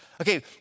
Okay